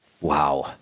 Wow